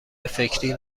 فکری